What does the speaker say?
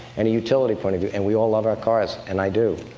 and a utility point of view. and we all love our cars, and i do.